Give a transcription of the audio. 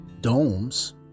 domes